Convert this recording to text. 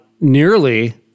nearly